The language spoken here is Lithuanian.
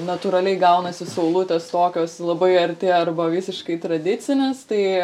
natūraliai gaunasi saulutės tokios labai arti arba visiškai tradicinis tai